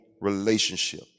relationship